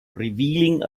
revealing